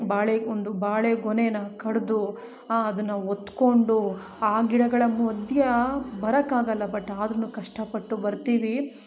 ಬಾಳೆ ಒಂದು ಬಾಳೆ ಗೊನೆನ ಕಡಿದು ಆ ಅದನ್ನು ಹೊತ್ಕೊಂಡು ಆ ಗಿಡಗಳ ಮಧ್ಯ ಬರೊಕ್ಕಾಗಲ್ಲ ಬಟ್ ಆದ್ರು ಕಷ್ಟಪಟ್ಟು ಬರ್ತೀವಿ